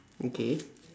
okay